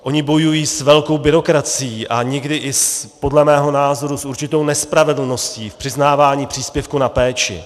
Oni bojují s velkou byrokracií a někdy i podle mého názoru s určitou nespravedlností v přiznávání příspěvku na péči.